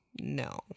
no